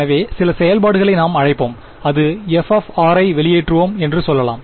எனவே சில செயல்பாடுகளை நாம் அழைப்போம் அது f ஐ வெளியேற்றுவோம் என்று சொல்லலாம்